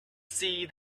see